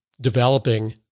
developing